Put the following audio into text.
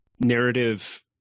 narrative